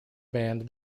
band